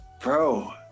Bro